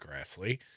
grassley